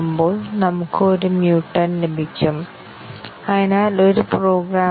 ഇനി നമുക്ക് ഒരു ചോദ്യം കൂടി നോക്കാം